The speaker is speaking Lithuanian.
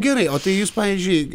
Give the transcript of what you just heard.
gerai o tai jūs pavyzdžiui